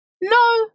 No